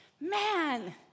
Man